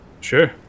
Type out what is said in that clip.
Sure